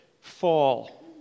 fall